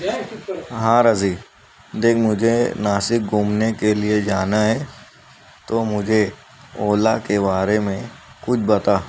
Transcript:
ہاں رضی دیکھ مجھے ناسک گھومنے کے لئے جانا ہے تو مجھے اولا کے بارے میں کچھ بتا